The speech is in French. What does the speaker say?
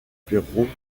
perrault